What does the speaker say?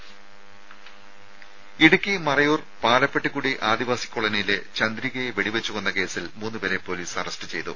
രുമ ഇടുക്കി മറയൂർ പാലപ്പെട്ടിക്കുടി ആദിവാസി കോളനിയിലെ ചന്ദ്രികയെ വെടിവെച്ച് കൊന്ന കേസിൽ മൂന്നുപേരെ പൊലീസ് അറസ്റ്റ് ചെയ്തു